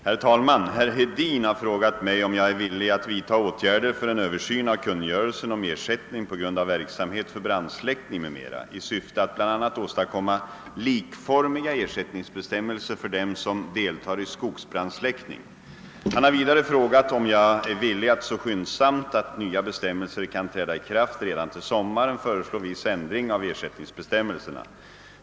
Herr talman! Herr Hedin har frågat mig om jag är villig att vidta åtgärder för en översyn av kungörelsen om ersättning på grund av verksamhet för brandsläckning m.m. i syfte att bl.a. åstadkomma likformiga ersättningsbestämmelser för dem som deltar i skogsbrandsläckning. Han har vidare frågat om jag är villig att så skyndsamt att nya bestämmelser kan träda i kraft redan till sommaren föreslå viss ändring av ersättningsbestämmelserna.